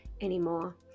anymore